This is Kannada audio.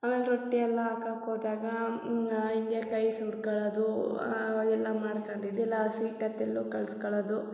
ಆಮೇಲೆ ರೊಟ್ಟಿ ಎಲ್ಲ ಹಾಕಕ್ ಹೋದಾಗ ಹಿಂಗೆ ಕೈ ಸುಟ್ಕೊಳ್ಳೋದು ಎಲ್ಲ ಮಾಡ್ಕಂಡಿದ್ದು ಇಲ್ಲ ಹಸಿಟ್ ಎತ್ ಎಲ್ಲೋ ಕಲ್ಸ್ಕಳದು